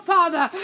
Father